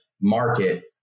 market